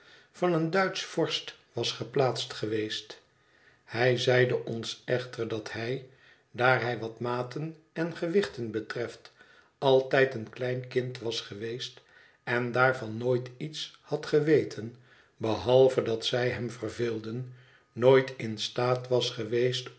van een duitsch vorst was geplaatst geweest hij zeide ons echter dat hij daar hij wat maten en gewichten betreft altijd een klein kind was geweest en daarvan nooit iets had geweten behalve dat zij hem verveelden nooit in staat was geweest